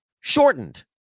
shortened